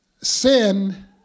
sin